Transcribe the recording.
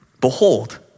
Behold